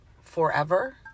forever